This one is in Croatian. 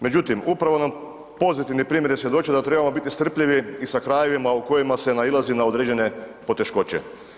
Međutim upravo nam pozitivni primjeri svjedoče da trebamo biti strpljivi i sa krajevima u kojima se nailazi na određene poteškoće.